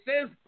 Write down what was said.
says